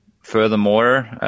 furthermore